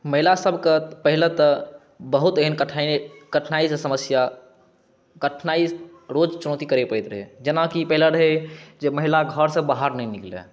महिलासभके पहले तऽ बहुत एहन कठि कठिनाइके समस्या कठिनाइ रोज चुनौती करय पड़ैत रहै जेना कि पहिले रहै जे महिला घरसँ बाहर नहि निकलए